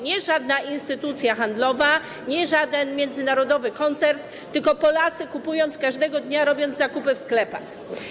Nie żadna instytucja handlowa, nie żaden międzynarodowy koncern, tylko Polacy, kupując każdego dnia, robiąc zakupy w sklepach.